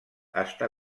està